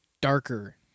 darker